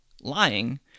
lying